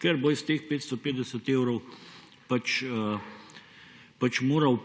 ker bo iz teh 550 evrov moral